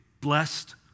blessed